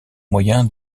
moyen